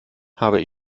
habe